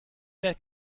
that